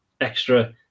extra